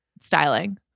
styling